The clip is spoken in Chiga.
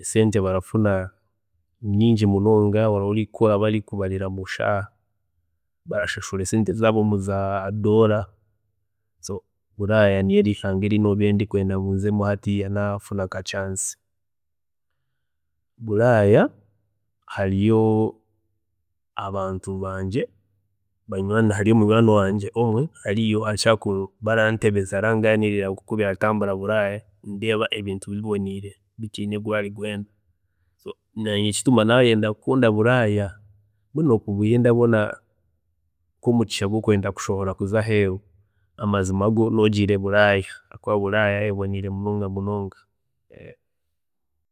esente barafuna nyingi munonga, oraba ori nkaaho bari kukubarira omushaara, barashashura muri za dolar so Buraaya niyo nsi eyi nobiire ndenda ngu nzemu naaba nafuna nka chance, Buraaya hariyo abantu bangye, hariyo munywaani wangye omwe ariyo arakira kuba arantebeza aranganiirira nkoku biratambura Buraaya ndeeba ebintu biboniire bitiine rwaari rwoona, nanye kituma nayenda kukunda Buraaya kunokubiire ndabona nkomugsha gwokwenda kushohora kuza aheeru, amazima go nogiire Buraaya hakuba Buraaya eboniire munonga munonga.